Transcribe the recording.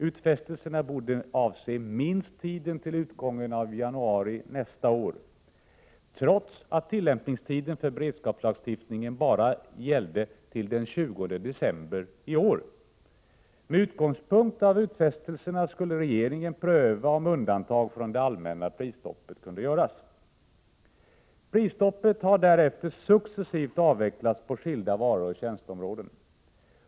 Utfästelserna borde avse minst tiden till utgången av januari nästa år, trots att tillämpningstiden för beredskapslagstiftningen bara gällde till den 20 december i år. Med utgångspunkt i utfästelserna skulle regeringen pröva om undantag från det allmänna prisstoppet kunde göras. Prisstoppet har därefter successivt avvecklats på skilda varor och tjänsteområden.